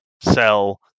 sell